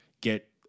get